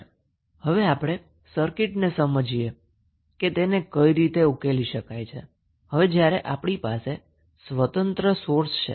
હવે આપણે એક ઉદાહરણની મદદથી કંસેપ્ટ સમજીએ કે કઈ રીતે સર્કિટને ઉકેલી શકાય છે જ્યારે આપણી પાસે ડિપેન્ડન્ટ સોર્સ છે